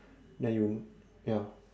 then you ya